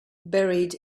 buried